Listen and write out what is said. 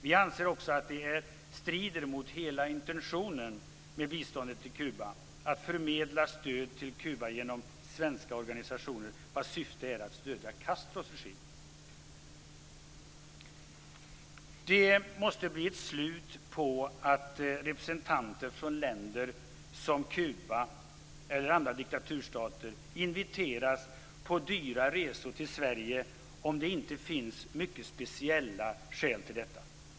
Vi anser också att det strider mot hela intentionen med biståndet till Kuba att förmedla stöd till Kuba genom svenska organisationer vars syfte är att stödja Castros regim. Det måste bli ett slut på att representanter för länder som Kuba eller andra diktaturstater inviteras till dyra resor till Sverige, om det inte finns mycket speciella skäl till detta.